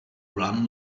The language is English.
run